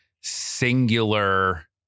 singular